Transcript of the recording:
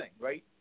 right